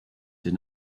did